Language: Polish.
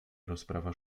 rozprawa